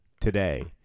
today